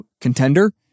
contender